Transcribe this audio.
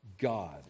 god